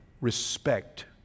respect